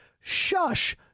Shush